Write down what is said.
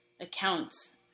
accounts